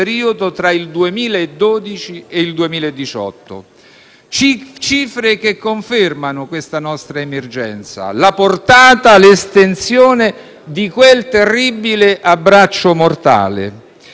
tra il 2012 e il 2018. Queste cifre confermano la nostra emergenza, la portata e l'estensione di quel terribile abbraccio mortale,